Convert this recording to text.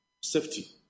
safety